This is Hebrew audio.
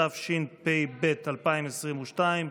התשפ"ב 2022,